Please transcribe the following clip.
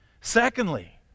Secondly